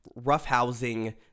roughhousing